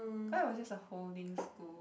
cause it was just a holding school